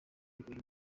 uyu